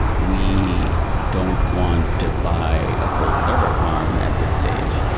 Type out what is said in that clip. we don't want to buy a whole server farm at the stage.